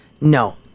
No